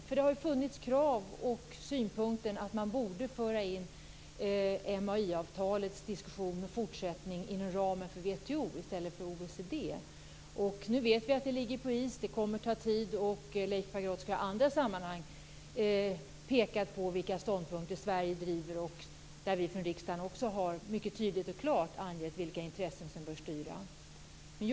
Man har framfört synpunkten att fortsättningen av diskussionen om MAI skulle äga rum inom ramen för WTO i stället för i OECD. Vi vet att detta ligger på is och att det kommer att ta tid. Leif Pagrotsky har i andra sammanhang pekat på de ståndpunkter som Sverige driver. Också vi från riksdagen har mycket tydligt och klart angett vilka intressen som bör styra detta.